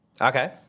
Okay